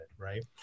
Right